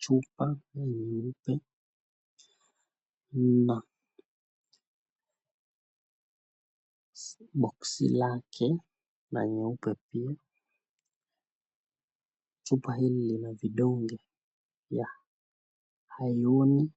Chupa hii ina boksi lake na nyeupe pia. Chupa hili lina vidonge vya iron